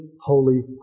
holy